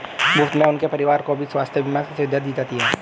मुफ्त में उनके परिवार को भी स्वास्थ्य बीमा सुविधा दी जाती है